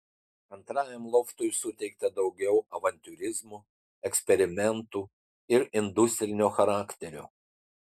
antrajam loftui suteikta daugiau avantiūrizmo eksperimentų ir industrinio charakterio